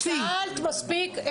שאלת מספיק.